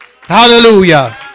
Hallelujah